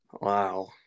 Wow